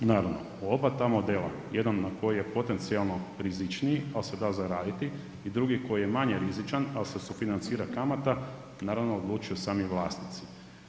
Naravno, u oba ta modela jedan na koji je potencijalno rizičniji ali se da zaraditi i drugi koji je manje rizičan ali se sufinancira kamata naravno odlučuju sami vlasnici.